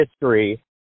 history